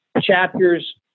chapters